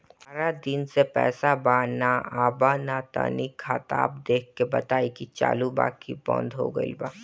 बारा दिन से पैसा बा न आबा ता तनी ख्ताबा देख के बताई की चालु बा की बंद हों गेल बा?